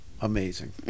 Amazing